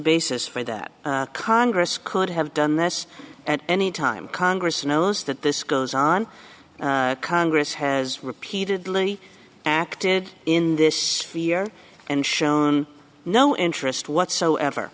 basis for that congress could have done this at any time congress knows that this goes on congress has repeatedly acted in this year and shown no interest whatsoever